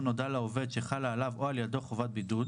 נודע לעובד שחלה עליו או על ילדו חובת בידוד ,